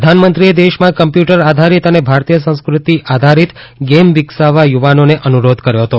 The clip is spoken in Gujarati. પ્રધાનમંત્રીએ દેશમાં કમ્પ્યુટર આધારિત અને ભારતીય સંસ્કૃતિ આધારિત ગેમ વિકસાવવા યુવાનોને અનુરોધ કર્યો હતો